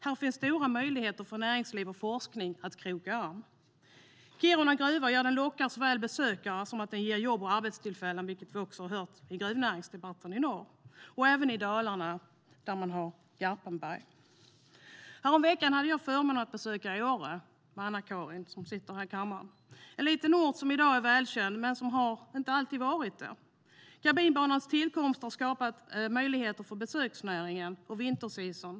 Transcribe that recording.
Här finns stora möjligheter för näringsliv och forskning att kroka arm. Gruvan i Kiruna lockar besökare och ger jobb och arbetstillfällen i norr, vilket vi har hört i gruvnäringsdebatten. Det gäller även i Dalarna där man har Garpenberg. Häromveckan hade jag förmånen att besöka Åre och Anna-Caren, som sitter här i kammaren. Åre är en liten ort som i dag är välkänd, men så har det inte alltid varit. Kabinbanans tillkomst har skapat möjligheter för besöksnäringen under vintersäsongen.